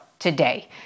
Today